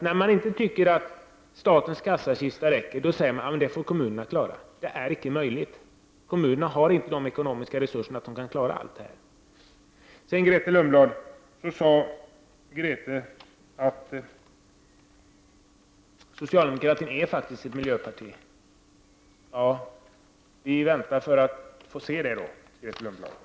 När man tycker att statens kassakista inte räcker säger man: ”Det får kommunerna klara.” Det är icke möjligt, för kommunerna har inte de ekonomiska resurser som krävs för att klara allt detta. Grethe Lundblad säger att socialdemokraterna faktiskt är ett miljöparti. Ja, vi väntar, Grethe Lundblad, på att få se det.